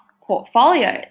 portfolios